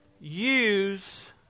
use